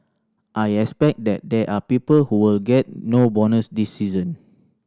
I expect that there are people who will get no bonus this season